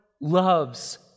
loves